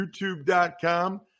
youtube.com